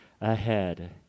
ahead